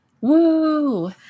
Woo